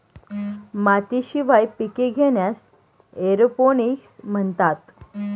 मातीशिवाय पिके घेण्यास एरोपोनिक्स म्हणतात